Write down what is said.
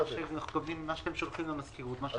מה שאתם שולחים למזכירות.